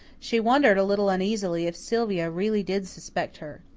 she wondered a little uneasily if sylvia really did suspect her.